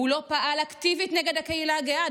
שהוא לא פעל אקטיבית נגד הקהילה הגאה.